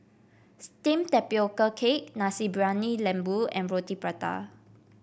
steamed Tapioca Cake Nasi Briyani Lembu and Roti Prata